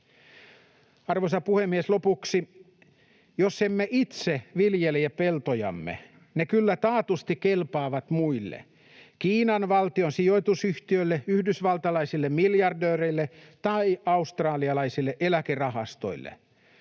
Arvoisa puhemies! Lopuksi: Jos emme itse viljele peltojamme, ne kyllä taatusti kelpaavat muille, Kiinan valtion sijoitusyhtiöille, yhdysvaltalaisille miljardööreille tai australialaisille eläkerahastoille.